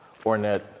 Ornette